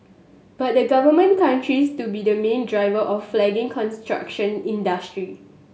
but the Government countries to be the main driver of the flagging construction industry